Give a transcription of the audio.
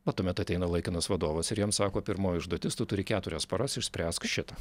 na tuomet ateina laikinas vadovas ir jam sako pirmoji užduotis tu turi keturias paras išspręsk šitą